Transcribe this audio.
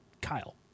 Kyle